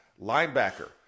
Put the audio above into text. Linebacker